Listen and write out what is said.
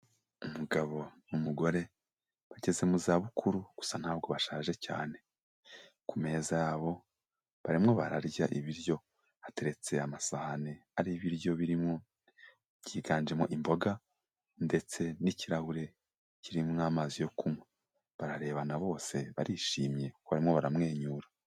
Umugabo n'umugore bageze mu zabukuru gusa ntabwo bashaje cyane. Ku meza yabo barimo bararya ibiryo, hateretse amasahani ariho ibiryo birimo, byiganjemo imboga ndetse n'ikirahure kiririmo amazi yo kunywa. Bararebana bose barishimye kuko barimo baramwenyura.